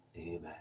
Amen